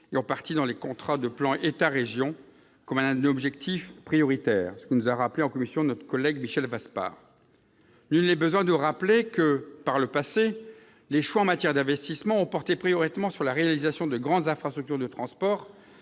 en particulier dans les contrats de plan État-région, comme étant un objectif prioritaire, comme l'a souligné en commission notre collègue Michel Vaspart. Il n'est nul besoin de rappeler que, par le passé, les choix en matière d'investissements ont porté prioritairement sur la réalisation de grandes infrastructures de transport,